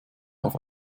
auf